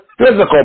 Physical